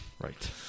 Right